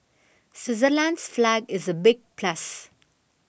Switzerland's flag is a big plus